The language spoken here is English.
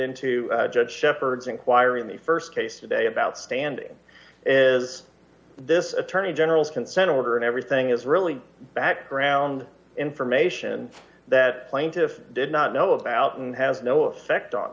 into judge shepherd's inquiry in the st case today about standing is this attorney general's consent order and everything is really background information that plaintiffs did not know about and has no effect on